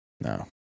No